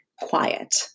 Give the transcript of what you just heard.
quiet